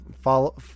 follow